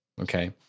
Okay